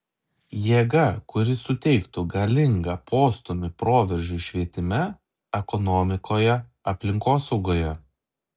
jėga kuri suteiktų galingą postūmį proveržiui švietime ekonomikoje aplinkosaugoje